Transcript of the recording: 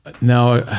now